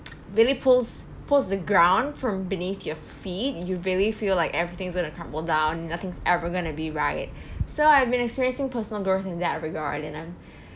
really pulls pulls the ground from beneath your feet you really feel like everything's going to crumble down nothing's ever gonna be right so I've been experiencing personal growth in that regard and I'm